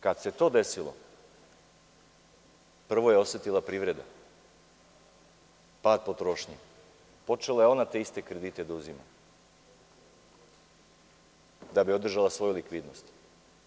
Kada se to desilo, prvo je osetila privreda, pad potrošnje, počela je i onda te iste kredite da uzima, da bi održala svoju likvidnost.